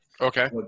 okay